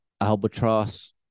Albatross